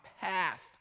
path